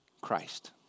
Christ